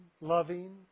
loving